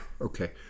Okay